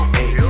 Hey